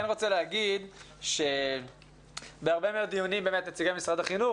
אני כן רוצה להגיד שבהרבה מאוד דיונים באמת נציגי משרד החינוך,